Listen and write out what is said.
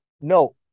no